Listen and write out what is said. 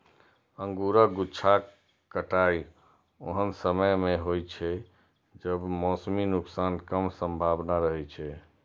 अंगूरक गुच्छाक कटाइ ओहन समय मे होइ छै, जब मौसमी नुकसानक कम संभावना रहै छै